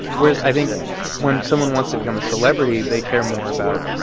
whereas i think when someone wants to become a celebrity, they care more about,